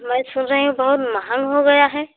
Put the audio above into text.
मैं सुन रही हूँ बहुत महँगा हो गया है